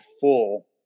full